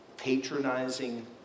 patronizing